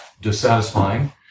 dissatisfying